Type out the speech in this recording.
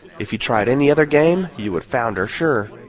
if you tried any other game, you would founder, sure.